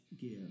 give